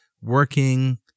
working